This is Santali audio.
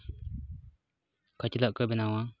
ᱠᱷᱟᱹᱪᱞᱟᱹᱜ ᱠᱚ ᱵᱮᱱᱟᱣᱟ